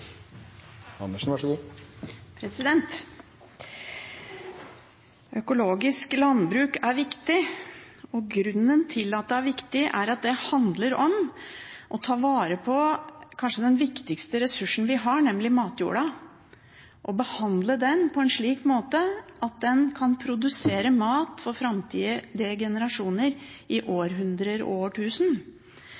viktig, er at det handler om å ta vare på kanskje den viktigste ressursen vi har, nemlig matjorda, og behandle den på en slik måte at en kan produsere mat for framtidige generasjoner i